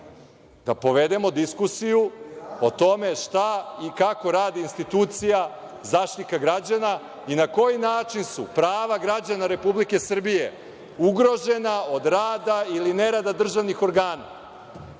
da povedemo diskusiju o tome šta i kako radi institucija Zaštitnika građana i na koji način su prava građana Republike Srbije ugrožena od rada ili nerada državnih organa,